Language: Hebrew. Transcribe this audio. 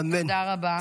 תודה רבה.